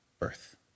earth